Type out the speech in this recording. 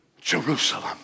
Jerusalem